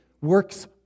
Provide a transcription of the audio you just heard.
works